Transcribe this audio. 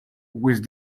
with